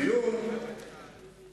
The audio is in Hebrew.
כשר האוצר אני אמרתי